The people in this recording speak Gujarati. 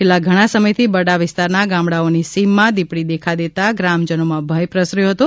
છેલ્લા ઘણા સમયથી બરડા વિસ્તારના ગામડાઓની સીમમાં દીપડીએ દેખા દેતા ગ્રામજનોમાં ભય પ્રસર્યો હતો